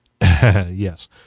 Yes